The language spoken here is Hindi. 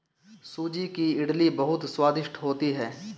सूजी की इडली बहुत स्वादिष्ट होती है